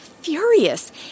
Furious